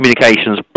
communications